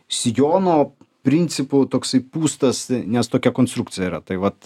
sijono principu toksai pūstas nes tokia konstrukcija yra tai vat